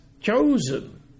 chosen